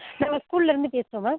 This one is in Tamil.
நாங்கள் ஸ்கூல்லேருந்து பேசுகிறோம் மேம்